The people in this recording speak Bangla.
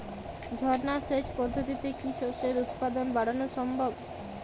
ঝর্না সেচ পদ্ধতিতে কি শস্যের উৎপাদন বাড়ানো সম্ভব?